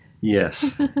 Yes